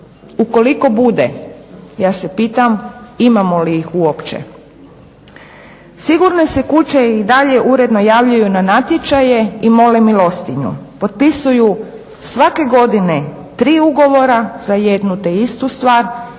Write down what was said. ukoliko bude. Ja se pitam imamo li ih uopće? Sigurne se kuće i dalje javljaju na natječaje i mole milostinju, potpisuju svake godine 3 ugovara za jednu te istu stvar